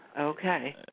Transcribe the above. Okay